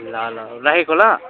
ल ल राखेको ल